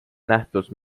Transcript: nähtus